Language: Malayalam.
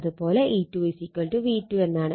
അത് പോലെ E2 V2 എന്നാണ്